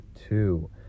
two